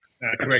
Correct